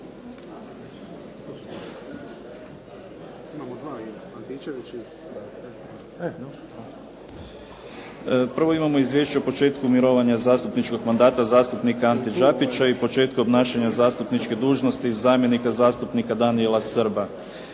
Prvo imamo Izvješće o početku mirovanja zastupničkog mandata zastupnika Ante Đapića i početkom obnašanja zastupničke dužnosti zamjenika zastupnika Danijela Srba.